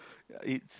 it's